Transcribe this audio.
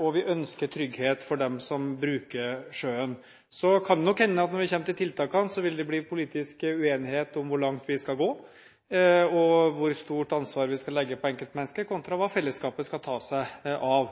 og vi ønsker trygghet for dem som bruker sjøen. Så kan det nok hende at når vi kommer til tiltakene, så vil det bli politisk uenighet om hvor langt vi skal gå, og hvor stort ansvar vi skal legge på enkeltmennesket, kontra hva fellesskapet skal ta seg av.